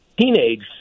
teenage